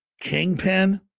kingpin